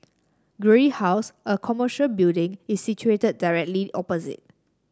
Guthrie House a commercial building is situated directly opposite